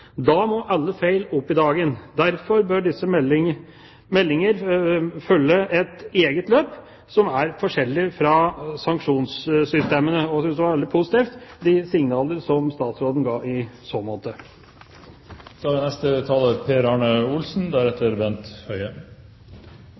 Da må alle feil opp i dagen. Derfor bør disse meldinger følge et eget løp som er forskjellig fra sanksjonssystemene. Jeg synes det var veldig positive signaler statsråden ga i så